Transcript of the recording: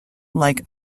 like